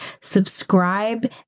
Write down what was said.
subscribe